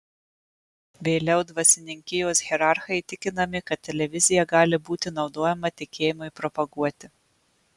vėliau dvasininkijos hierarchai įtikinami kad televizija gali būti naudojama tikėjimui propaguoti